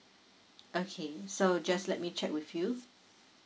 okay so just let me check with you